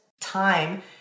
time